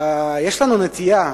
יש לנו נטייה,